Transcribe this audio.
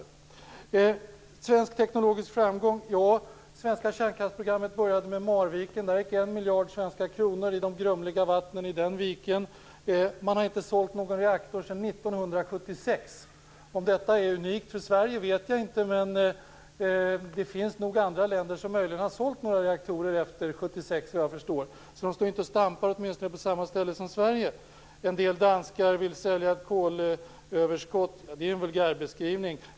Beträffande svensk teknologisk framgång vill jag säga att det svenska kärnkraftsprogrammet började med Marviken. Dit gick 1 miljard svenska kronor i de grumliga vattnen i den viken. Man har inte sålt någon reaktor sedan 1976. Om detta är unikt för Sverige vet jag inte, men det finns nog andra länder som möjligen har sålt några reaktorer efter 1976 såvitt jag förstår. De står därför inte och stampar på samma ställe som Per Unckel säger att en del danskar vill sälja sitt kolöverskott till oss. Det är en vulgärbeskrivning.